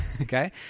okay